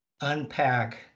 unpack